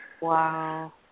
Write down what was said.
Wow